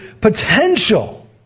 potential